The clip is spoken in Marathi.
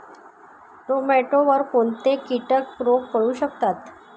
टोमॅटोवर कोणते किटक रोग पडू शकतात?